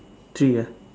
three ah